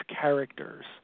characters